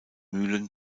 mühlen